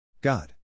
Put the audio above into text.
God